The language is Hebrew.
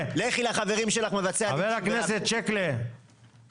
בעניין הזה אני